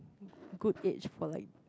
good age for like